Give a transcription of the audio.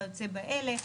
וכיוצא באלה,